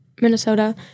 Minnesota